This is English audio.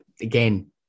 Again